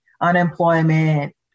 unemployment